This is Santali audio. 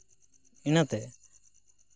ᱤᱱᱟᱹᱛᱮ